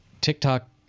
TikTok –